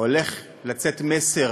הולך לצאת מסר